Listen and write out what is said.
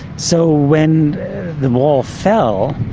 so when the wall fell,